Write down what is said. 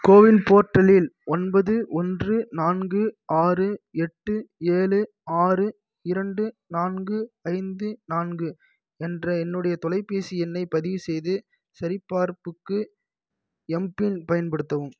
CoWIN போர்ட்டலில் ஒன்பது ஒன்று நான்கு ஆறு எட்டு ஏழு ஆறு இரண்டு நான்கு ஐந்து நான்கு என்ற என்னுடைய தொலைபேசி எண்ணைப் பதிவு செய்து சரிபார்ப்புக்கு எம்பின் பயன்படுத்தவும்